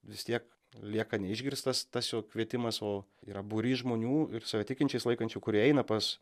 vis tiek lieka neišgirstas tas jo kvietimas o yra būrys žmonių ir save tikinčiais laikančių kurie eina pas